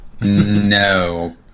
No